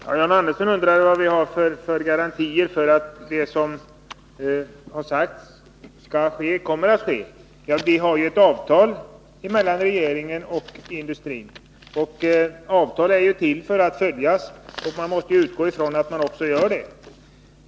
Herr talman! John Andersson undrar vad vi har för garantier för att det som har sagts skola ske kommer att ske. Vi har ju ett avtal mellan regeringen och industrin. Ett avtal är till för att följas, och vi måste utgå från att man också gör det.